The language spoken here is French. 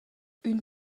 une